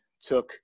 took